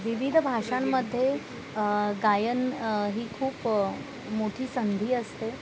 विविध भाषांमध्ये गायन ही खूप मोठी संधी असते